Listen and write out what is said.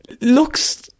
looks